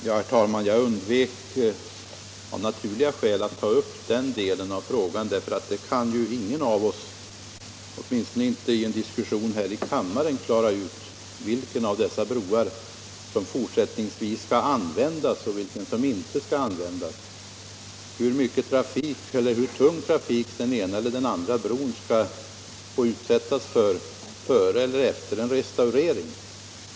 Herr talman! Jag undvek av naturliga skäl att ta upp den delen av frågan. Ingen av oss kan ju — åtminstone i en diskussion här i kammaren —- klara ut vilka av de broar det gäller som fortsättningsvis skall användas och vilka som inte skall användas eller hur tung trafik den ena eller den andra bron skall få belastas med före eller efter en restaurering.